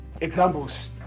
examples